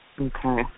Okay